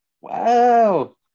Wow